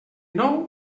nou